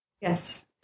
Yes